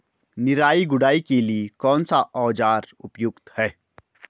निराई गुड़ाई के लिए कौन सा औज़ार उपयुक्त है?